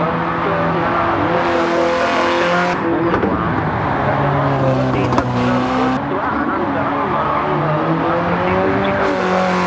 तत्तु न न अन्यप्रकोष्ठदर्शनात् पूर्व प्रथमं भवति तत्र गत्वा अनन्तरं मां मां प्रति कुञ्चिकां ददातु